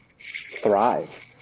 thrive